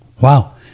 Wow